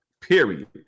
Period